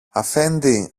αφέντη